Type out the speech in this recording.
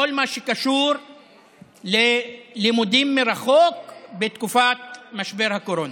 בכל מה שקשור ללימודים מרחוק בתקופת משבר הקורונה.